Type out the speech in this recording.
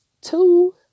two